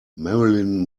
marilyn